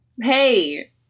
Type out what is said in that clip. Hey